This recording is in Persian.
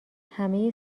همه